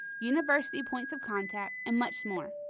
university points of contact, and much more.